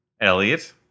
Elliot